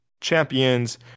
Champions